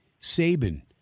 Saban